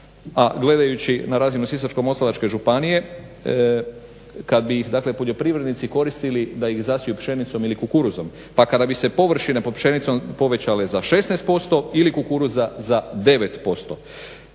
a gledajući na razinu Sisačko-moslavačke županije, kad bi dakle poljoprivrednici koristili da ih zasiju pšenicom ili kukuruzom pa kada bi se površine pod pšenicom povećale za 16% ili za kukuruz za 9%.